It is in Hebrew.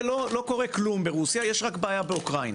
יש רק בעיה באוקראינה.